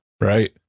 Right